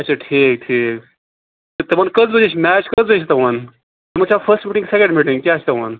اچھا ٹھیٖک ٹھیٖک تِمَن کٔژ بَجے چھِ میچ کٔژ بَجے چھِ تِمَن تِمَن چھا فٔسٹ مِٹِنگ سٮ۪کِٮ۪نٛڈ مِٹِنٛگ کیٛاہ چھِ تِمَن